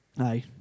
Aye